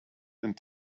and